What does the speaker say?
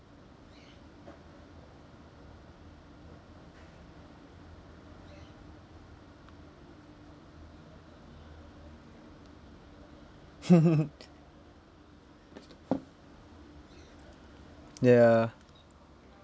ya